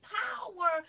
power